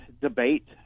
debate